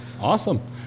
Awesome